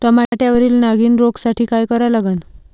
टमाट्यावरील नागीण रोगसाठी काय करा लागन?